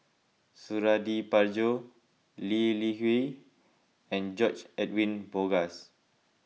Suradi Parjo Lee Li Hui and George Edwin Bogaars